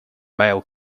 male